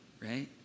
Right